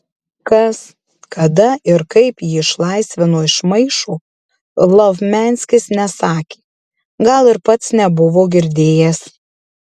kas kada ir kaip jį išlaisvino iš maišo lovmianskis nesakė gal ir pats nebuvo girdėjęs